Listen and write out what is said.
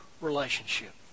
relationship